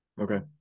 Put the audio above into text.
Okay